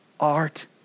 art